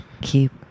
keep